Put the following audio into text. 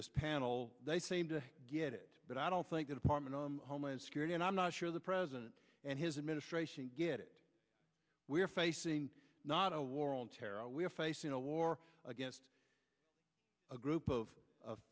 this panel they seem to get it but i don't think the department on homeland security and i'm not sure the president and his administration get it we are facing not a war on terror we're facing a war against a group of